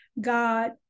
God